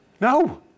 no